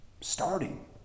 starting